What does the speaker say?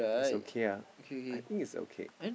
it's okay lah I think it's okay